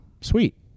Sweet